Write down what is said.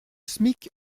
smic